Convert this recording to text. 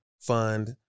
fund